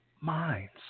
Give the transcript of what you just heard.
minds